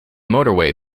motorway